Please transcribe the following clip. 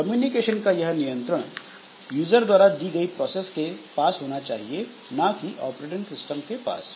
communication का यह नियंत्रण यूजर द्वारा दी गई प्रोसेस के पास होना चाहिए ना कि ऑपरेटिंग सिस्टम के पास